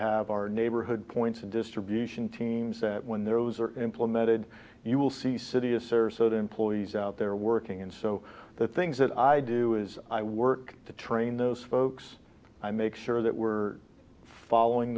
our neighborhood points and distribution teams that when there are those are implemented you will see city of sarasota employees out there working and so the things that i do is i work to train those folks i make sure that we're following